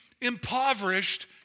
impoverished